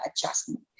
adjustment